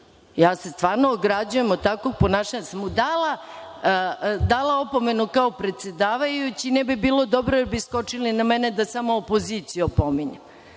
se ograđujem od takvog ponašanja. Da sam mu dala opomenu kao predsedavajući, ne bi bilo dobro jer bi skočili na mene da samo opoziciju opominjem.